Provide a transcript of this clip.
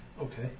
Okay